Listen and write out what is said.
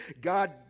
God